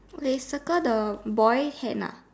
okay circle the boy hand ah